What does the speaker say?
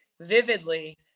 vividly